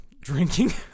drinking